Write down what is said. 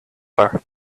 bar